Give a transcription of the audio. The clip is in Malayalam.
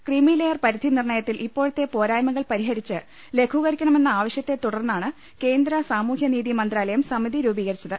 ക്രീമിലെയർ പരിധിനിർണ്ണയത്തിൽ ഇപ്പോഴത്തെ പോരായ്മകൾ പരിഹരിച്ച് ലഘൂകരിക്കണമെന്ന് ആവശ്യ ത്തെ തുടർന്നാണ് കേന്ദ്ര സാമൂഹ്യനീതിമന്ത്രാലയം സമിതി രൂപീകരിച്ച ത്